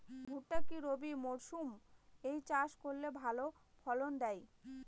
ভুট্টা কি রবি মরসুম এ চাষ করলে ভালো ফলন দেয়?